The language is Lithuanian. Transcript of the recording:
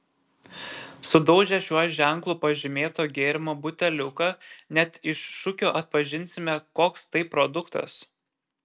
sudaužę šiuo ženklu pažymėto gėrimo buteliuką net iš šukių atpažinsime koks tai produktas